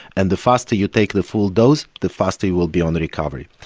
and the faster you take the full dose, the faster you will be on the recovery.